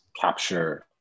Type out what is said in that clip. capture